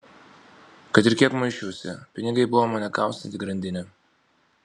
kad ir kiek muisčiausi pinigai buvo mane kaustanti grandinė